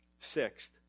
Sixth